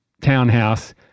townhouse